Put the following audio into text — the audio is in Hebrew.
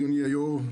אדוני היו"ר,